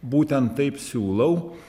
būtent taip siūlau